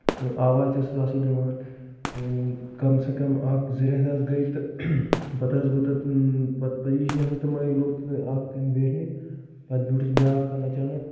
آواز تہِ ٲسٕس اصٕل یِوان کم سے کم اکھ زٕ ریتھ حظ گٔے تہٕ پتہٕ حظ گوٚو تتھ پتہٕ پیی چھنہٕ ہنٛگ تہٕ منٛگہٕ اکھ کن بیٹھنہٕ پتہٕ بیوٗٹُھس بیاکھ کن اچانک